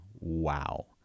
Wow